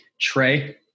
Trey